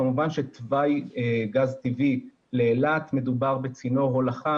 כמובן שתוואי גז טבעי לאילת מדובר בצינור הולכה